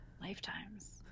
Lifetimes